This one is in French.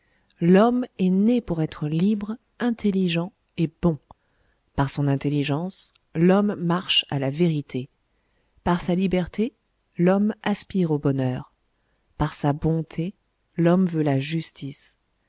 l'homme est né pour être libre intelligent et bon par son intelligence l'homme marche à la vérité par sa liberté l'homme aspire au bonheur par sa bonté l'homme veut la justice